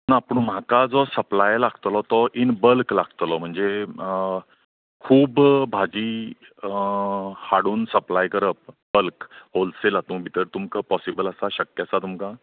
ना पूण म्हाका जो सप्लाय लागतलो तो इन बल्क लागतलो म्हणजे खूब भाजी हाडून सप्लाय करप बल्क होलसेल हातूंत भितर तुमकां पाॅसिबल आसा शक्य आसा तुमकां